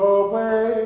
away